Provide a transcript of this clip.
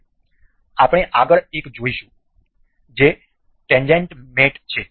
હવે આપણે આગળ એક જોઈશું જે ટેન્જેન્ટ મેટ છે